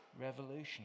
revolution